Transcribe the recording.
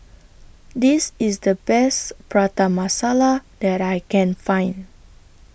This IS The Best Prata Masala that I Can Find